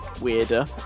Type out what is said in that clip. weirder